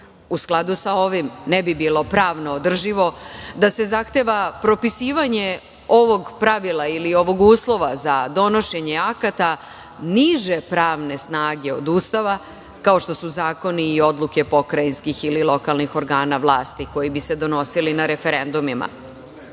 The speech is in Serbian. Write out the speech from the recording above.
skladu sa ovim, ne bi bilo pravno održivo da se zahteva propisivanje ovog pravila ili ovog uslova za donošenje akata niže pravne snage od Ustava, kao što su zakoni i odluke pokrajinskih ili lokalnih organa vlasti, koji bi se donosili na referendumima. Značaj